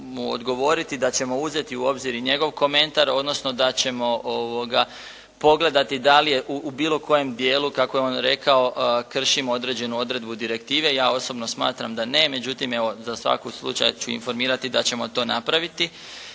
da ćemo uzeti u obzir i njegov komentar, odnosno da ćemo pogledati da li je u bilo kojem dijelu kako je on rekao kršimo određenu odredbu direktive. Ja osobno smatram da ne. Međutim, evo za svaki slučaj ću informirati da ćemo to napraviti.